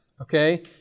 Okay